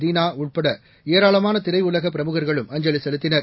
தீனா உட்பட ஏராளமான திரையுலக பிரமுகர்களும் அஞ்சலி செலுத்தினர்